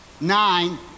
Nine